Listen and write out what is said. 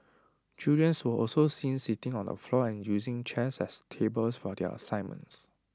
children's were also seen sitting on the floor and using chairs as tables for their assignments